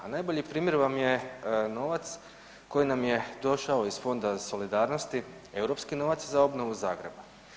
A najbolji primjer vam je novac koji nam je došao iz Fonda solidarnosti europski novac za obnovu Zagreba.